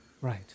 right